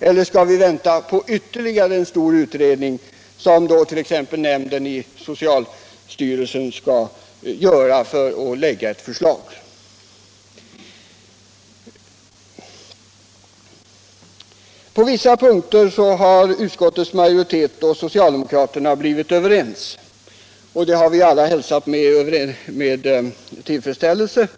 eller skall vi vänta på ytterligare en stor utredning som t.ex. nämnden inom socialstyrelsen skall göra innan vi kan komma fram till ett förslag? På vissa punkter har utskottens majoritet och socialdemokraterna blivit överens. Det har vi alla hälsat med tillfredsställelse.